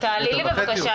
שני מטר,